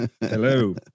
Hello